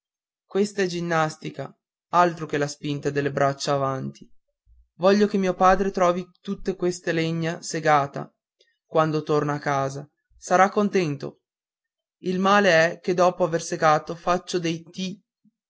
è ginnastica altro che la spinta delle braccia avanti voglio che mio padre trovi tutte queste legna segate quando torna a casa sarà contento il male è che dopo aver segato faccio dei t